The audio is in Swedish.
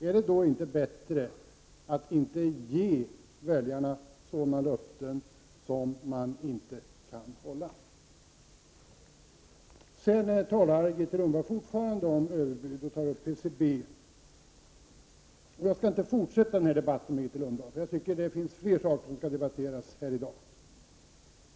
Är det då inte bättre att inte ge väljarna löften som man inte kan infria? Grethe Lundblad fortsätter att tala om överbud och tar upp frågan om PCB. Jag ämnar inte förlänga den här debatten med Grethe Lundblad, eftersom det finns fler ärenden som skall behandlas här i dag.